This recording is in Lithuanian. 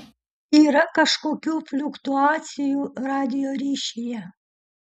yra kažkokių fliuktuacijų radijo ryšyje